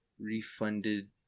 Refunded